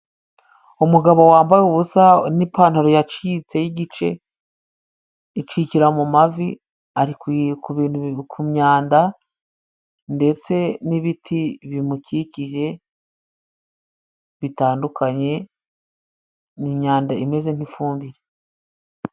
Umugabo wambaye ubusa n'ipantaro yacitse y' igice icikira mu mavi, ari ku bintu ku myanda ndetse n'ibiti bimukikije bitandukanye, ni imyanda imeze nk'ifumbire.